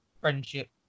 friendship